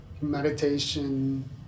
meditation